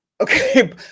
Okay